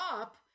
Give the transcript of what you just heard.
up